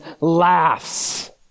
laughs